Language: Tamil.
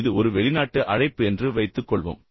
இது ஒரு வெளிநாட்டு அழைப்பு என்று வைத்துக்கொள்வோம்